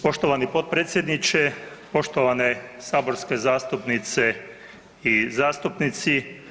Poštovani potpredsjedniče, poštovane saborske zastupnice i zastupnici.